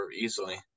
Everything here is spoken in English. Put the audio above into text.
easily